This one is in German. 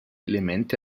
elemente